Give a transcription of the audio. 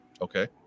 Okay